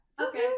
Okay